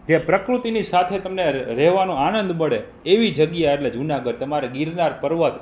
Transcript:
જે પ્રકૃતિની સાથે તમને રહેવાનો આનંદ મળે એવી જગ્યા એટલે જુનાગઢ તમારે ગિરનાર પર્વત